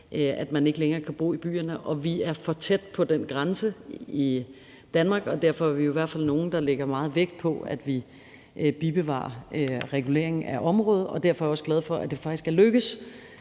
at man ikke længere kan bo i byerne, og vi er for tæt på den grænse i Danmark. Derfor er vi i hvert fald nogle, der lægger meget vægt på, at vi bevarer reguleringen af området, og jeg er derfor også glad for, at det faktisk er lykkedes